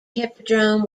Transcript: hippodrome